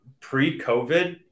pre-COVID